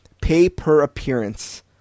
pay-per-appearance